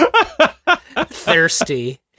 Thirsty